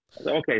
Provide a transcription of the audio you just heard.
Okay